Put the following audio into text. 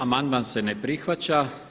Amandman se ne prihvaća.